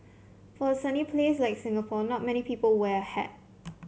for a sunny place like Singapore not many people wear a hat